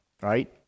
right